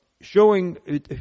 showing